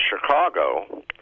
Chicago